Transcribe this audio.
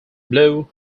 blue